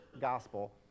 Gospel